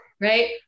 right